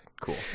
cool